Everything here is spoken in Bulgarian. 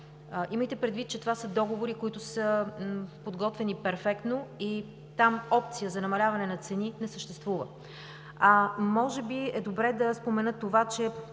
Имайте предвид, че това са договори, които са подготвени перфектно – там опция за намаляване на цени не съществува. Може би е добре да спомена, че